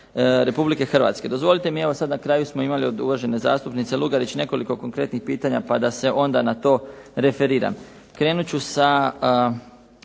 Republike Hrvatske. Dozvolite mi evo sada na kraju smo imali od uvažene zastupnice Lugarić nekoliko konkretnih pitanja, pa da se na to onda referiram. Krenut ću sa